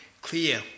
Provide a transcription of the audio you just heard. clear